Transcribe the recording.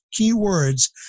keywords